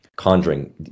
Conjuring